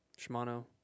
Shimano